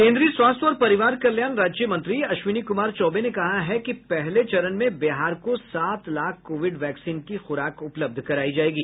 केंद्रीय स्वास्थ्य और परिवार कल्याण राज्य मंत्री अश्विनी कुमार चौबे ने कहा है कि पहले चरण में बिहार को सात लाख कोविड वैक्सीन की खुराक उपलब्ध कराई जायेगी